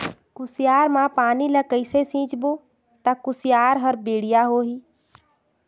कुसियार मा पानी ला कइसे सिंचबो ता कुसियार हर बेडिया होही?